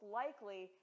likely